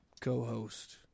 co-host